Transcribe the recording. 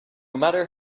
matter